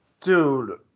Dude